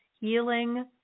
healing